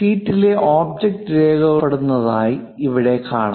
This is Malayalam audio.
ഷീറ്റിലെ ഒബ്ജക്റ്റ് രേഖകളോടെ കാണപ്പെടുന്നതായി ഇവിടെ കാണാം